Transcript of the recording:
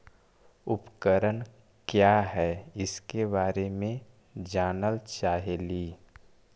उपकरण क्या है इसके बारे मे जानल चाहेली?